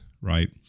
right